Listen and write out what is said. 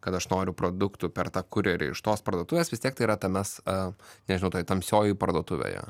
kad aš noriu produktų per tą kurjerį iš tos parduotuvės vis tiek tai yra ta mes nežinau tai tamsioji parduotuvėje